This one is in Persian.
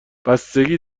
بستگی